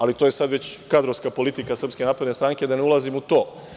Ali, to je sada već kadrovska politika SNS, da ne ulazim u to.